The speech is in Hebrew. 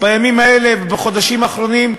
בימים האלה ובחודשים האחרונים,